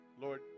Lord